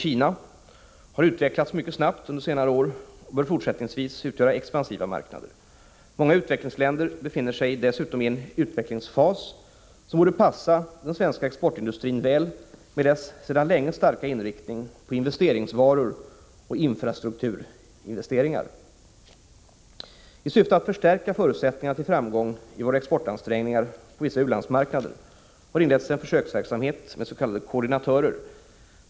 Kina, har utvecklats mycket snabbt under senare år och bör fortsättningsvis utgöra expansiva marknader. Många utvecklingsländer befinner sig dessutom i en utvecklingsfas som borde passa den svenska exportindustrin väl, med dess sedan länge starka inriktning på investeringsvaror och infrastrukturinvesteringar. I syfte att förstärka förutsättningarna till framgång i våra exportansträngningar på vissa u-landsmarknader har inletts en försöksverksamhet med s.k. koordinatörer.